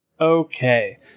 Okay